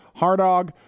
Hardog